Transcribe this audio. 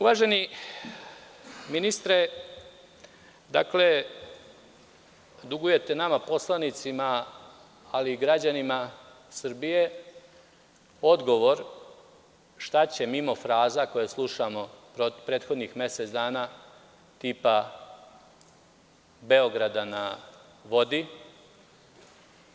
Uvaženi ministre, dakle, dugujete nama poslanicima ali i građanima Srbije odgovor, šta će mimo fraza koje slušamo prethodnih mesec dana, tipa – Beograda na vodi,